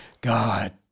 God